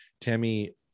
Tammy